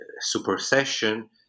supersession